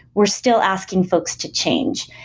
we're still asking folks to change.